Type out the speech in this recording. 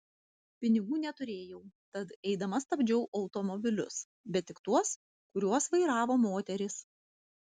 pinigų neturėjau tad eidama stabdžiau automobilius bet tik tuos kuriuos vairavo moterys